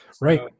Right